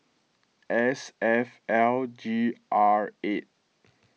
S F L G R eight